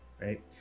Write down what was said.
right